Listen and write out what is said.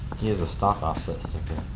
he has a stock offset sticker.